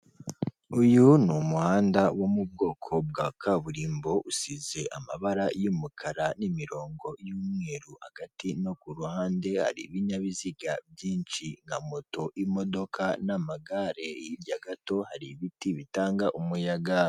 Uyu ni umuhanda wo mu bwoko bwa kaburimbo, usize amabara y'umukara, n'imirongo y'umweru, hagati no ku ruhande hari ibinyabiziga byinshi, nka moto, imodoka, n'amagare, hirya gato hari ibiti bitanga umuyaga.